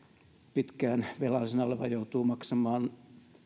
pitkään velallisena oleva joutuu